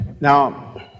Now